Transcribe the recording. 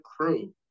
crew